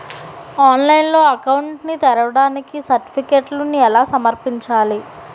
ఆన్లైన్లో అకౌంట్ ని తెరవడానికి సర్టిఫికెట్లను ఎలా సమర్పించాలి?